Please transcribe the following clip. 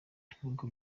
nkuko